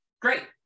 great